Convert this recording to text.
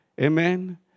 Amen